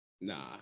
nah